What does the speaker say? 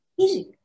easy